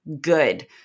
good